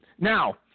Now